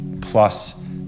plus